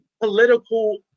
political